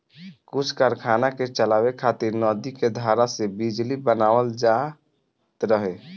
कुछ कारखाना के चलावे खातिर नदी के धारा से बिजली बनावल जात रहे